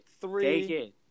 three